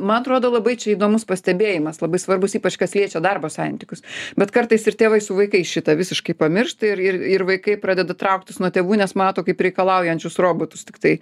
man atrodo labai čia įdomus pastebėjimas labai svarbus ypač kas liečia darbo santykius bet kartais ir tėvai su vaikais šitą visiškai pamiršta ir ir ir vaikai pradeda trauktis nuo tėvų nes mato kaip reikalaujančius robotus tiktai